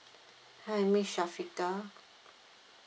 hi miss syafiqah